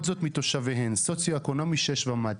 זאת מתושביהן סוציו-אקונומי 6 ומטה.